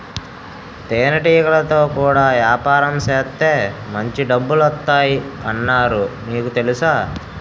తేనెటీగలతో కూడా యాపారం సేత్తే మాంచి డబ్బులొత్తాయ్ అన్నారు నీకు తెలుసా?